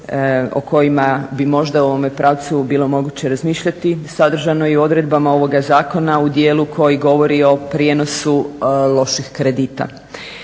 o kojima bi možda u ovome pravcu bilo moguće razmišljati sadržano je i u odredbama ovoga Zakona u dijelu koji govori o prijenosu loših kredita.